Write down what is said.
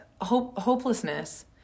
hopelessness